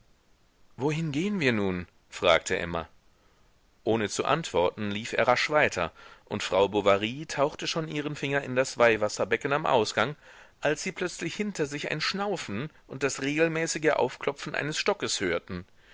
wohin gehen wir nun fragte emma ohne zu antworten lief er rasch weiter und frau bovary tauchte schon ihren finger in das weihwasserbecken am ausgang als sie plötzlich hinter sich ein schnaufen und das regelmäßige aufklopfen eines stockes hörten